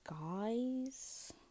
guys